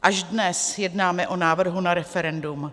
Až dnes jednáme o návrhu na referendum.